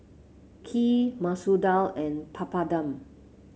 Kheer Masoor Dal and Papadum